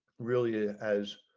really has